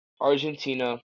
Argentina